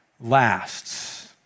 lasts